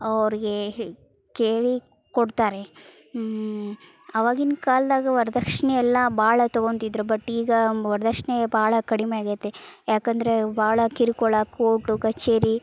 ಅವ್ರಿಗೆ ಹ್ ಕೇಳಿ ಕೊಡ್ತಾರೆ ಅವಾಗಿನ ಕಾಲ್ದಾಗೆ ವರದಕ್ಷ್ಣೆ ಎಲ್ಲ ಭಾಳ ತೊಗೋತಿದ್ರು ಬಟ್ ಈಗ ಬ್ ವರದಕ್ಷ್ಣೆ ಭಾಳ ಕಡಿಮೆ ಆಗೈತೆ ಏಕಂದ್ರೆ ಭಾಳ ಕಿರುಕುಳ ಕೋರ್ಟು ಕಚೇರಿ